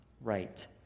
right